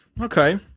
Okay